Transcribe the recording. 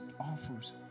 offers